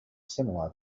similar